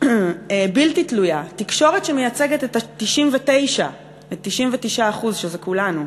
בלתי תלויה, שמייצגת את ה-99% שזה כולנו,